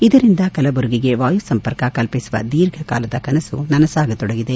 ಇದರಿಂದ ಕಲಬುರಗಿಗೆ ವಾಯು ಸಂಪರ್ಕ ಕಲ್ಪಿಸುವ ದೀರ್ಘಕಾಲದ ಕನಸು ನನಸಾಗತೊಡಗಿದೆ